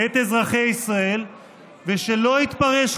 ושלא יתפרש,